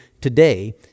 today